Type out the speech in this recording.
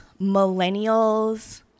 millennials